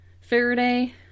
Faraday